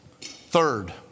Third